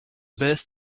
birthday